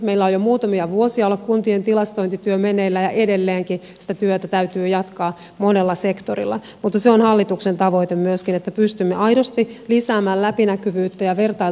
meillä on jo muutamia vuosia ollut kuntien tilastointityö meneillään ja edelleenkin sitä työtä täytyy jatkaa monella sektorilla mutta se on hallituksen tavoite myöskin että pystymme aidosti lisäämään läpinäkyvyyttä ja vertailtavuutta